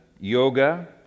yoga